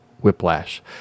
whiplash